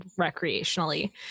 recreationally